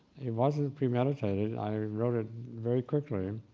it wasn't premeditated, i wrote it very quickly.